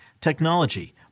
technology